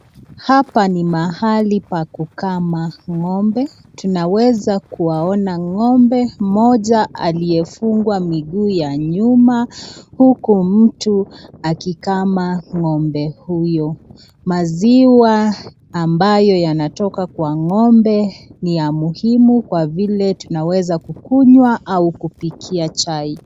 Hapa ni mahali pa kukama ng'ombe , tunaweza kuwaona ng'ombe mmoja aliyefungwa miguu ya nyuma huku mtu akikama ng'ombe huyo. Maziwa ambayo yanatoka kwa ng'ombe ni ya muhimu kwa vile tunaweza kukunywa au kupikia chai.